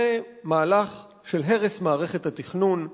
זה מהלך של הרס מערכת התכנון,